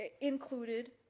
included